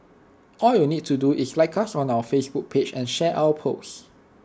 all you need to do is like us on our Facebook page and share our post